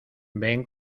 ven